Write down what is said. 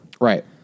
right